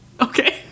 Okay